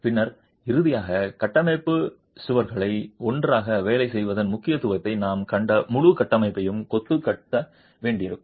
பின்னர் இறுதியாக கட்டமைப்பு சுவர்களை ஒன்றாக வேலை செய்வதன் முக்கியத்துவத்தை நாம் கண்ட முழு கட்டமைப்பையும் கொத்து கட்ட வேண்டியிருக்கும்